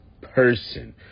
person